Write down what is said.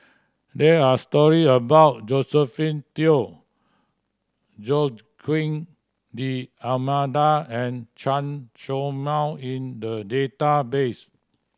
there are story about Josephine Teo Joaquim D'Almeida and Chen Show Mao in the database